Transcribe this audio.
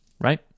right